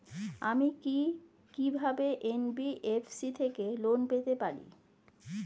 আমি কি কিভাবে এন.বি.এফ.সি থেকে লোন পেতে পারি?